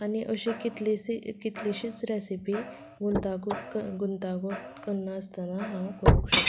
आनी अशी कितलिसी कितलिशींच रॅसिपी गुंतागूत क गुंतागूत करिनासतना हांव करूंक शकतां